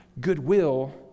goodwill